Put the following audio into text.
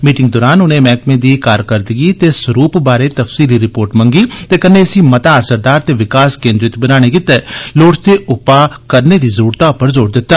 मीटिंगै दौरान उने मैहकमे दी कारकरदगी ते सरुप बारै तफसीली रिपोर्ट मंगी ते कन्ने इसी मता असरदार ते विकास केन्द्रित बनाने गितै लोड़चदे व्यापक उपा करने दी जरुरतै पर बी जोर दिता